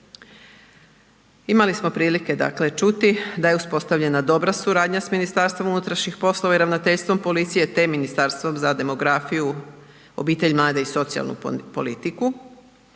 Imali smo prilike dakle čuti da je uspostavljena dobra suradnja s MUP-om i ravnateljstvom policije te Ministarstvom za demografiju, obitelj, mlade i socijalnu politiku.